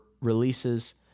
releases